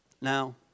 Now